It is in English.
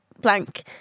blank